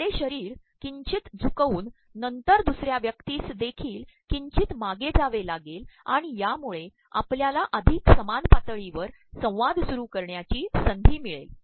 आपले शरीर ककंचचत झुकवून नंतर दसु र्या व्यक्तीस देखील ककंचचत मागे जावे लागेल आणण यामुळे आपल्याला अचधक समान पातळीवर संवाद सुरू करण्याची संधी ममळेल